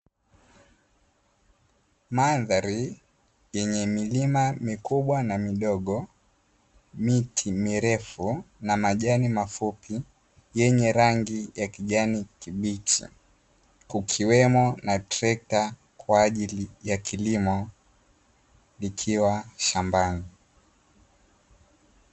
Mandhari yenye milima mikubwa na midogo, miti mirefu na majani mafupi yenye rangi ya kijani kibichi kukiwemo na trekta kwa ajili ya kilimo ikiwa shambani.